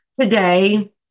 today